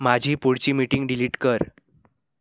माझी पुढची meeting delete कर